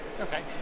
Okay